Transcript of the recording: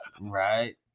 Right